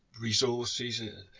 resources